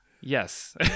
Yes